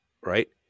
Right